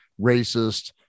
racist